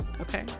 Okay